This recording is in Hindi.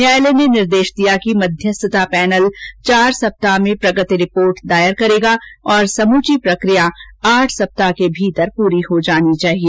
न्यायालय ने निर्देश दिया कि मध्यस्थता पैनल चार सप्ताह में प्रगति रिपोर्ट दायर करेगा और समूची प्रक्रिया आठ सप्ताह के भीतर पूरी हो जानी चाहिए